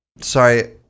Sorry